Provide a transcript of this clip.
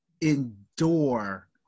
endure